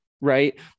Right